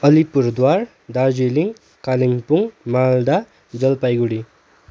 Alipurduar Darjeeling Kalimpong Malda Jalpaiguri